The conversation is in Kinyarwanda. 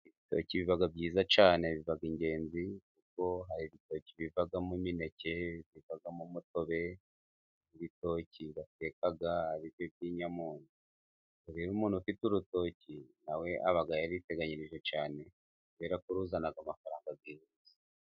Ibitoki biba byiza cyane， biba ingenzi kuko hari ibitoki bivamo imineke，bivamo umutobe，ibitoki bateka aribyo by'inyamunyo， rero umuntu ufite urutoki nawe aba yariteganyirije cyane， kubera ko ruzana amafaranga.